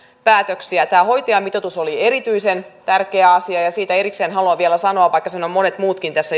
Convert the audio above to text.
päätöksiä tämä hoitajamitoitus oli erityisen tärkeä asia ja siitä erikseen haluan vielä sanoa vaikka sen ovat monet muutkin tässä